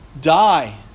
die